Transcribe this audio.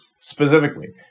Specifically